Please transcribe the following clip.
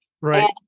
right